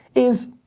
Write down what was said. is